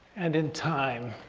and in time.